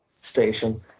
station